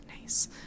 nice